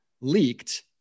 leaked